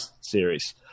series